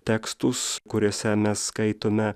tekstus kuriuose mes skaitome